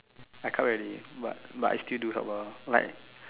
I can't really but but I still do some help ah like